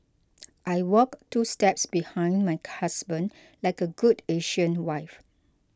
I walk two steps behind my husband like a good Asian wife